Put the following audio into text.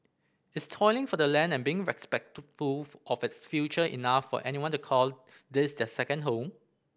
is toiling for the land and being respectful of its future enough for anyone to call this their second home